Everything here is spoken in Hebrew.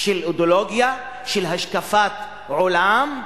של אידיאולוגיה, של השקפת עולם,